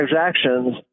transactions